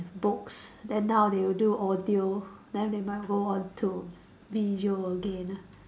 have books then now they will do audio then they might go on to visual again ah